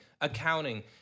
accounting